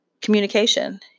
communication